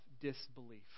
disbelief